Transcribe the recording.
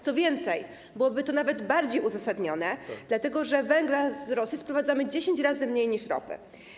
Co więcej, byłoby to nawet bardziej uzasadnione, dlatego że węgla z Rosji sprowadzamy dziesięć razy mniej niż ropy.